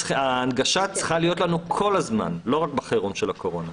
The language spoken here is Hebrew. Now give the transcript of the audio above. ההנגשה צריכה להיות כל הזמן לא רק בתקופת החירום של הקורונה.